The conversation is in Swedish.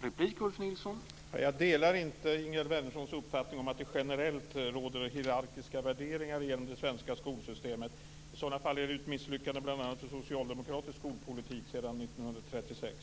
Herr talman! Jag delar inte Ingegerd Wärnerssons uppfattning att det generellt råder hierarkiska värderingar inom det svenska skolsystemet. Om det verkligen vore så är det ett misslyckande bl.a. för socialdemokratisk skolpolitik sedan 1936.